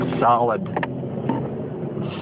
solid